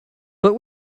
but